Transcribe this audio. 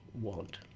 want